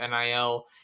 NIL